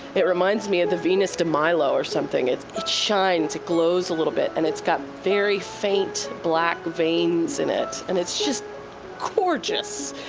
it reminds me of the venus de milo or something. it shines, it glows a little bit. and it's got very faint black veins in it. and it's just gorgeous!